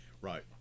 Right